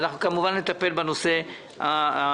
ואנחנו כמובן נטפל בנושא המלא.